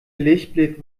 lichtblick